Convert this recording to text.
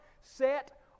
set